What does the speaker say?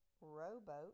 rowboat